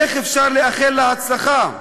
איך אפשר לאחל לה הצלחה,